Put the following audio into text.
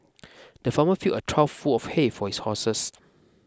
the farmer filled a trough full of hay for his horses